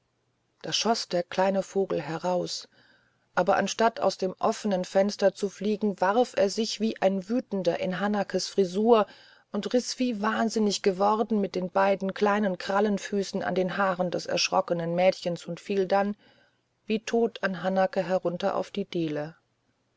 da schoß der kleine vogel heraus aber anstatt aus dem offenen fenster zu fliegen warf er sich wie ein wütender in hanakes frisur und riß wie wahnsinnig geworden mit den beiden kleinen krallenfüßen in den haaren des erschrockenen mädchens und fiel dann wie tot an hanake herunter auf die diele